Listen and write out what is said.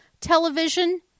television